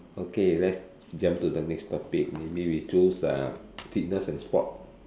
okay let's jump to the next topic maybe we choose uh fitness and sport